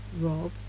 Rob